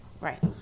Right